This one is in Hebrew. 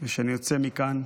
וכשאני יוצא מכאן,